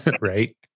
right